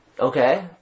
Okay